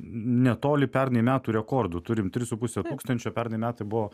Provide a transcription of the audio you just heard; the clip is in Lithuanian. netoli pernai metų rekordų turim tris su puse tūkstančio pernai metai buvo